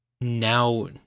now